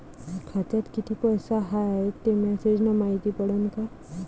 खात्यात किती पैसा हाय ते मेसेज न मायती पडन का?